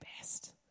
best